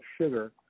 sugar